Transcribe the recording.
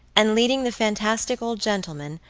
and leading the fantastic old gentleman,